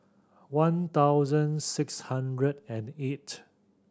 one thousand six hundred and eight